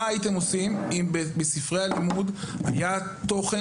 מה הייתם עושים אם בספרי הלימוד היה תוכן